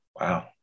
Wow